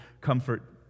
comfort